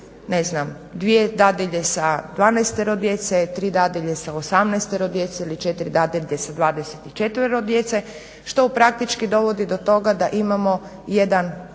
ne znam dvije dadilje sa dvanaestero djece, tri dadilje sa 18 djece ili četiri dadilje sa 24 djece što u praktički dovodi do toga da imamo jedan